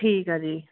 ਠੀਕ ਆ ਜੀ